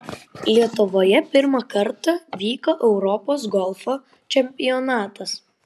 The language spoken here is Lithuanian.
lietuvoje pirmą kartą vyko europos golfo čempionatas